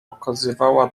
okazywała